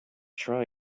try